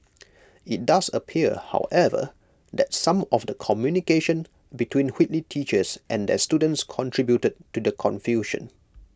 IT does appear however that some of the communication between Whitley teachers and their students contributed to the confusion